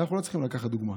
אנחנו לא צריכים לקחת דוגמה.